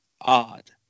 odd